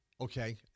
Okay